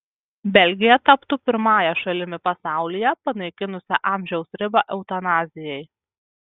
belgija taptų pirmąją šalimi pasaulyje panaikinusia amžiaus ribą eutanazijai